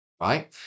right